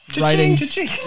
writing